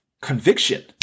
conviction